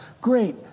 Great